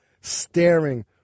staring